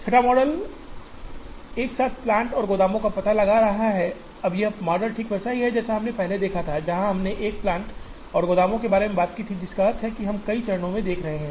छठा मॉडल एक साथ प्लांट और गोदामों का पता लगा रहा है अब यह मॉडल ठीक वैसा ही मॉडल है जैसा हमने पहले देखा है जहां हमने एक साथ प्लांट और गोदामों के बारे में बात की है जिसका अर्थ है हम कई चरणों को देख रहे हैं